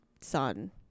son